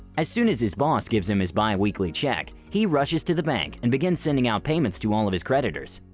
as soon as his boss gives him his bi-weekly check, he rushes to the bank and begins sending out payments to all of his creditors.